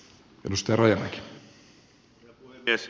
herra puhemies